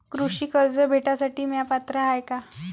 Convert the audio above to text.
कृषी कर्ज भेटासाठी म्या पात्र हाय का?